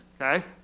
okay